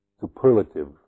superlative